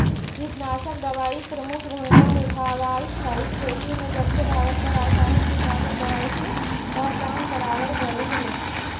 कीटनाशक दवाई प्रमुख भूमिका निभावाईत हई खेती में जबसे भारत में रसायनिक कीटनाशक दवाई के पहचान करावल गयल हे